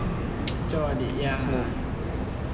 yaa